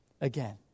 again